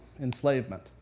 enslavement